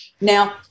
Now